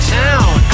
town